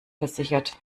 versichert